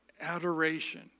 adoration